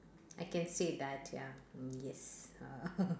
I can say that ya yes uh